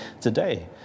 today